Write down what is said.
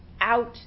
out